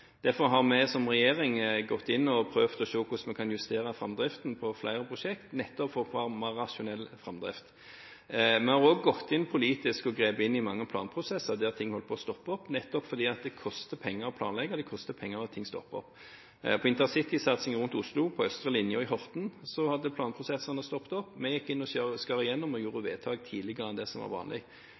Derfor har regjeringen gått inn og prøvd å se på hvordan vi kan justere framdriften på flere prosjekt, nettopp for å få en mer rasjonell framdrift. Vi har også gått inn politisk og grepet inn i mange planprosesser der ting holdt på å stoppe opp, nettopp fordi det koster penger å planlegge, og fordi det koster penger når ting stopper opp. Når det gjelder intercitysatsingen rundt Oslo, på Østre linje og i Horten, hadde planprosessene stoppet opp. Vi gikk inn og skar igjennom og gjorde vedtak tidligere enn det som var vanlig.